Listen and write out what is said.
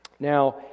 Now